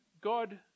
God